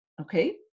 Okay